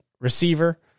receiver